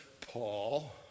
Paul